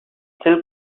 still